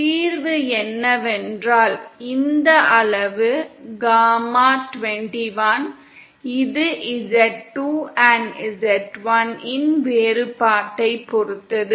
தீர்வு என்னவென்றால் இந்த அளவு காமா 21 இது z2 z1 இன் வேறுபாட்டைப் பொறுத்தது